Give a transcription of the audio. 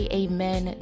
amen